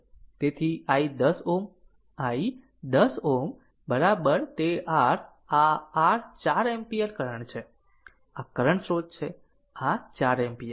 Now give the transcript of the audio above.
તેથી i 10 Ω i 10 Ω તે r આ r 4 એમ્પીયર કરંટ છે આ કરંટ સ્રોત છે આ 4 એમ્પીયર છે